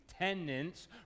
Tenants